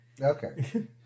Okay